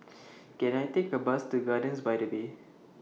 Can I Take A Bus to Gardens By The Bay